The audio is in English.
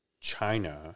China